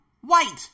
white